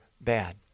bad